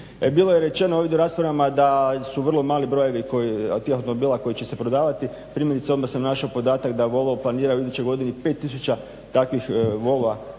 Bilo je rečeno ovdje u raspravama da su vrlo mali brojevi tih automobila koji će se prodavati. Primjerice, odmah sam našao podatak da Volvo planira u idućoj godini 5000 takvih Volva